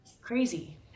crazy